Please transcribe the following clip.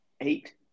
eight